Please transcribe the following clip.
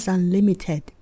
Unlimited